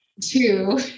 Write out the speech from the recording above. Two